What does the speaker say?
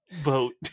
vote